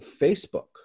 Facebook